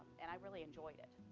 and i really enjoy it.